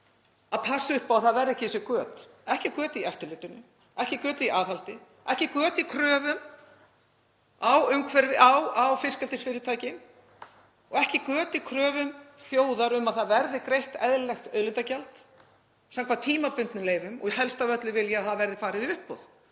pössum upp á að það verði ekki þessi göt, ekki göt í eftirlitinu, ekki göt í aðhaldi, ekki göt í umhverfiskröfum, í kröfum á fiskeldisfyrirtækin og ekki göt í kröfum þjóðar um að það verði greitt eðlilegt auðlindagjald samkvæmt tímabundnum leyfum og helst af öllu vil ég að það verði farið í uppboð